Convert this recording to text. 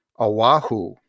oahu